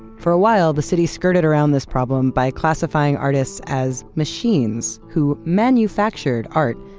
for a while, the city skirted around this problem by classifying artists as machines who manufactured art,